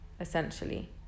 essentially